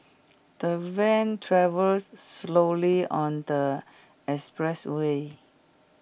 the van travelled slowly on the expressway